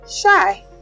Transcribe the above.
Shy